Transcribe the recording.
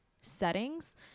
settings